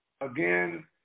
again